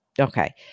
Okay